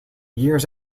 years